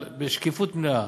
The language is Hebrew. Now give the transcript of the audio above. בשקיפות מלאה,